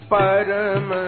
Param